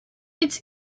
its